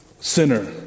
sinner